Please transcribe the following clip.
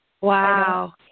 Wow